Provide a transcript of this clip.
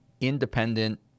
independent